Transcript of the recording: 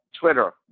Twitter